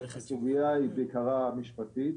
הסוגיה היא בעיקרה משפטית.